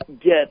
get